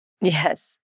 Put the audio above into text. Yes